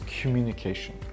communication